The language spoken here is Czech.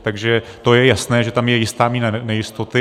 Takže je jasné, že je tam jistá míra nejistoty.